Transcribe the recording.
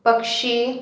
पक्षी